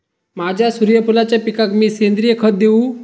माझ्या सूर्यफुलाच्या पिकाक मी सेंद्रिय खत देवू?